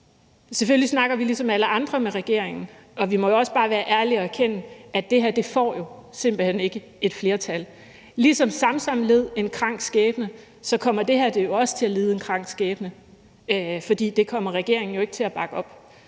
selvfølgelig snakker vi ligesom alle andre med regeringen, og vi må også bare være ærlige og erkende, at det her jo simpelt hen ikke får et flertal. Ligesom Samsam led en krank skæbne, kommer det her jo også til at lide en krank skæbne, for det kommer regeringen jo ikke til at bakke op